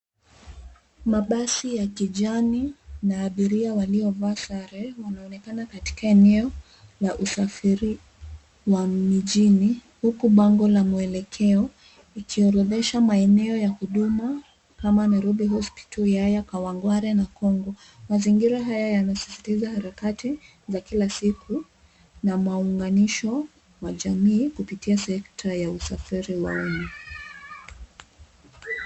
Mabasi ya kijani na abiria waliovaa sare, wanaonekana katika eneo la usafiri wa mijini, huku bango la mwelekeo ukionyesha maeneo ya huduma kama: Nairobi Hospital , Yaya, Kawangware na Congo. Mazingira haya yanasisitiza harakati za kila siku na maunganisho wa jamii kupitia sekta ya usafiri wa umma.